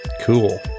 Cool